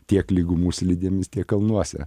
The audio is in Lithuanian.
tiek lygumų slidėmis tiek kalnuose